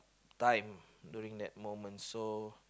time during that moment so